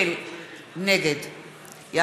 אתה,